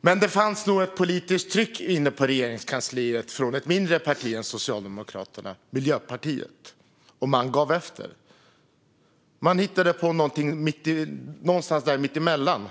Men det fanns nog ett politiskt tryck inne på Regeringskansliet från ett mindre parti än Socialdemokraterna, nämligen Miljöpartiet. Socialdemokraterna gav efter. Man hittade på någonting som var någonstans mitt emellan.